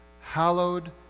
hallowed